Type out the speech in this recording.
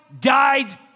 died